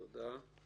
תודה.